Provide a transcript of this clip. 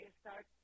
start